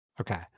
Okay